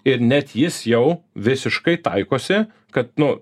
ir net jis jau visiškai taikosi kad nu